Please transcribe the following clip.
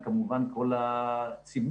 וכמובן כל הציבור,